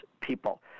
people